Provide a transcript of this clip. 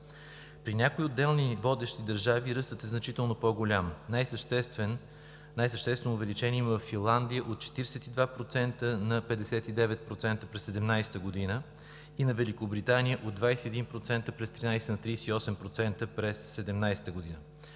При отделни водещи държави ръстът е значително по-голям. Най-съществено увеличение има във Финландия – от 42% на 59% през 2017 г., и във Великобритания – от 21% през 2013 г. на 38% през 2017 г.